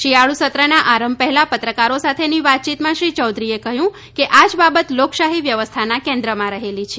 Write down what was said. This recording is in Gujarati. શિયાળુ સત્રના આરંભ પહેલા પત્રકારો સાથેની વાતયીતમાં શ્રી ચૌધરીએ કહ્યું કે આજ બાબત લોકશાહી વ્યવસ્થાના કેન્દ્રમાં રહેલી છે